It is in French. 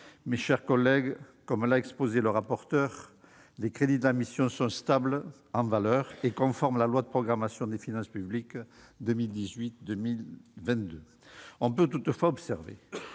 Mes chers collègues, comme l'a exposé le rapporteur, les crédits de la mission sont stables en valeur et conformes à la loi de programmation des finances publiques 2018-2022. On peut toutefois observer